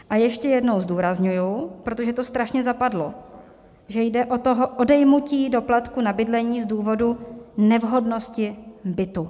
A ještě jednou zdůrazňuji, protože to strašně zapadlo, že jde o odejmutí doplatku na bydlení z důvodu nevhodnosti bytu.